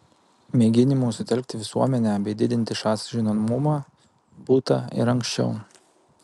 mėginimų sutelkti visuomenę bei didinti šas žinomumą būta ir anksčiau